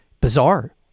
bizarre